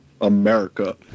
America